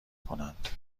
کنند